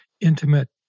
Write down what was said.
intimate